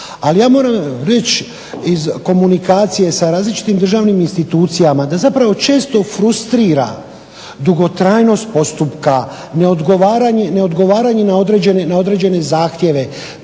ali ja moram reći iz komunikacije sa različitim državnim institucijama, da često frustrira dugotrajnost postupka, neodgovaranje na određene zahtjeve